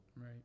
Right